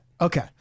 Okay